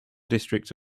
district